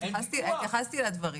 התייחסתי לדברים,